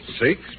Six